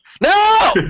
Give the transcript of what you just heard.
No